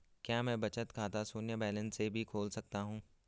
क्या मैं बचत खाता शून्य बैलेंस से भी खोल सकता हूँ?